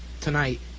tonight